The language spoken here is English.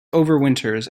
overwinters